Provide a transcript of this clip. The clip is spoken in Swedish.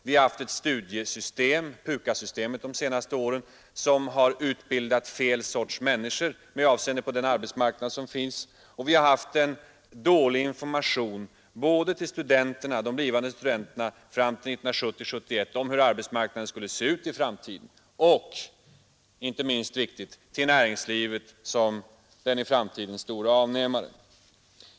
Vi har haft ett studiesystem de senaste åren — PUKAS-systemet — som har gjort att man utbildat fel sorts människor med avseende på den arbetsmarknad som finns. Vi har haft en dålig information både till de blivande studenterna fram till 1970/71 om hur arbetsmarknaden skulle se ut i framtiden och — inte minst viktigt — till näringslivet som den i framtiden stora avnämaren.